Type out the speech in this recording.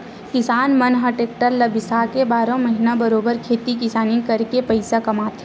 किसान मन ह टेक्टर ल बिसाके बारहो महिना बरोबर खेती किसानी करके पइसा कमाथे